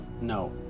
No